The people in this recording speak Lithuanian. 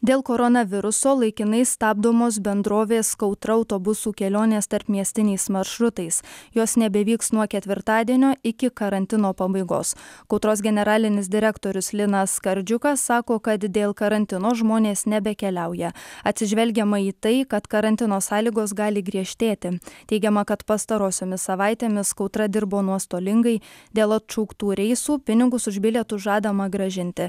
dėl koronaviruso laikinai stabdomos bendrovės kautra autobusų kelionės tarpmiestiniais maršrutais jos nebevyks nuo ketvirtadienio iki karantino pabaigos kautros generalinis direktorius linas skardžiukas sako kad dėl karantino žmonės nebekeliauja atsižvelgiama į tai kad karantino sąlygos gali griežtėti teigiama kad pastarosiomis savaitėmis kautra dirbo nuostolingai dėl atšauktų reisų pinigus už bilietus žadama grąžinti